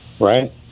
right